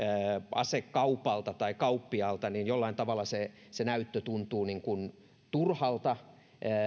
asekaupalta tai kauppiaalta niin jollain tavalla se se näyttö tuntuu niin kuin turhalta